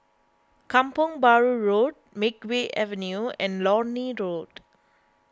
Kampong Bahru Road Makeway Avenue and Lornie Road